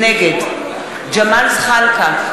נגד ג'מאל זחאלקה,